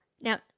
Now